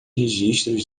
registros